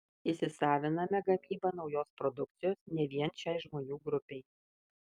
įsisaviname gamybą naujos produkcijos ne vien šiai žmonių grupei